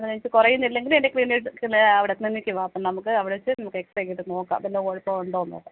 ഇത് കുറയുന്നില്ലെങ്കിൽ എൻ്റെ ക്ലിനിക്ക് അവിടത്തന്നെക്ക് വാ അപ്പം നമുക്ക് അവിടെ വെച്ച് നമുക്ക് എക്സ്രേ ഒക്കെ എടുത്ത് നോക്കാം വല്ല കുഴപ്പവും ഉണ്ടോ എന്ന് നോക്കാം